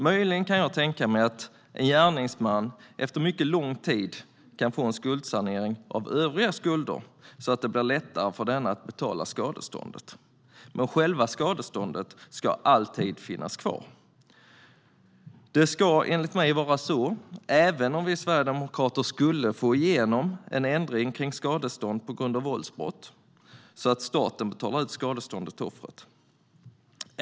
Möjligen kan jag tänka mig att en gärningsman efter mycket lång tid kan få en skuldsanering av övriga skulder så att det blir lättare för honom att betala skadeståndet. Men själva skadeståndet ska alltid finnas kvar. Det ska enligt mig vara så även om vi sverigedemokrater skulle få igenom en ändring av skadestånd på grund av våldsbrott så att staten betalar ut skadeståndet till offret.